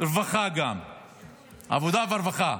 העבודה והרווחה.